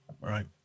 right